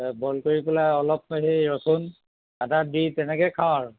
boil কৰি পেলাই অলপ সেই ৰচোন আদা দি তেনেকেই খাওঁ আৰু